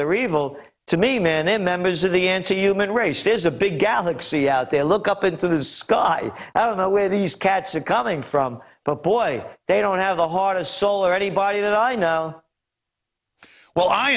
they're evil to me men and members of the n t human race is a big galaxy out there look up into the sky i don't know where these cats are coming from but boy they don't have the heart of soul or anybody that i know well i